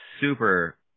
super